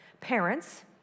Parents